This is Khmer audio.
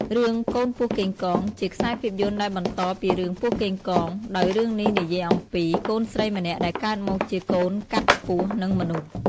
រឿង កូនពស់កេងកង ជាខ្សែភាពយន្តដែលបន្តពីរឿងពស់កេងកង ដោយរឿងនេះនិយាយអំពី កូនស្រីម្នាក់ដែលកើតមកជាកូនកាត់ពស់ និងមនុស្ស។